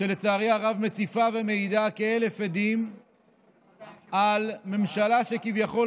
שלצערי הרב מציפה ומעידה כאלף עדים על ממשלה שכביכול